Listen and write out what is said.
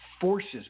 forces